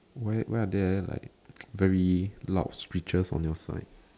where why are there like very screeches on your side